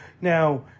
Now